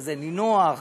כזה נינוח